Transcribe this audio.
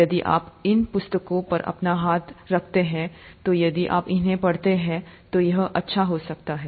यदि आप इन पुस्तकों पर अपना हाथ रखते हैं तो यदि आप इन्हें पढ़ते हैं तो यह अच्छा हो सकता है